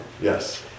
Yes